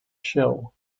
shell